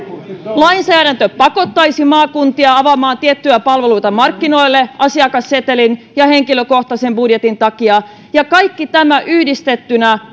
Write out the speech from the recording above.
lainsäädäntö pakottaisi maakuntia avaamaan tiettyjä palveluita markkinoille asiakassetelin ja henkilökohtaisen budjetin takia ja kaikki tämä yhdistettynä